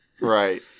Right